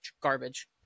garbage